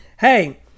Hey